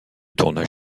tournage